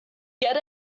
get